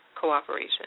cooperation